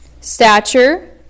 stature